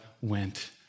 went